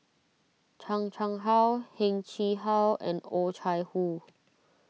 Chan Chang How Heng Chee How and Oh Chai Hoo